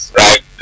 right